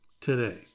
today